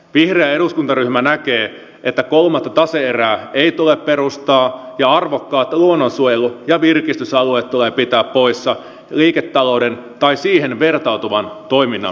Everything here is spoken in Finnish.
vihreä eduskuntaryhmä näkee että kolmatta tase erää ei tule perustaa ja arvokkaat luonnonsuojelu ja virkistysalueet tulee pitää poissa liiketalouden tai siihen vertautuvan toiminnan piiristä